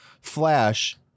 flash